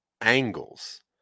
angles